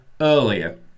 earlier